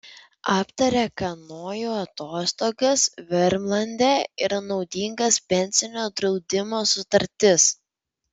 aptarė kanojų atostogas vermlande ir naudingas pensinio draudimo sutartis